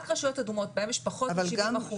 רק רשויות אדומות בהן יש פחות מ-70%.